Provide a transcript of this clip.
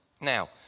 Now